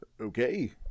Okay